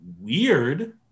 weird